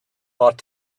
bought